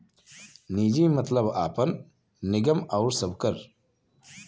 निजी मतलब आपन, निगम आउर सबकर